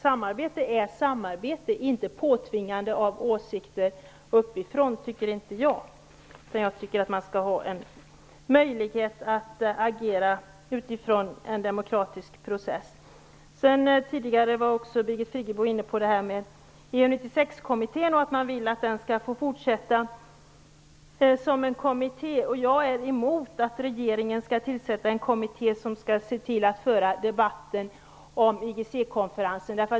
Samarbete är samarbete, inte påtvingande av åsikter uppifrån. Det tycker inte jag, utan jag tycker att man skall ha möjlighet att agera utifrån en demokratisk process. Tidigare var Birgit Friggebo också inne på detta med EU 96-kommittén. Man vill att den skall få fortsätta som en kommitté. Jag är emot att regeringen skall tillsätta en kommitté som skall föra debatten om IGC.